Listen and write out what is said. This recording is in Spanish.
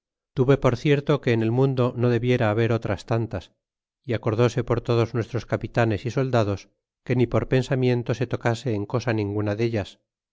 tuve por cierto que en el mundo no debiera haber otras tantas acordése por todos nuestros capitanes é soldados que ni por pensamiento se tocase en cosa ninguna dellas